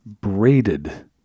braided